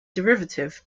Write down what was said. derivative